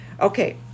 Okay